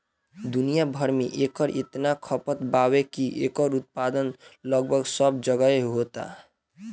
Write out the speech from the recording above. दुनिया भर में एकर इतना खपत बावे की एकर उत्पादन लगभग सब जगहे होता